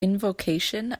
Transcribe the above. invocation